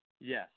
Yes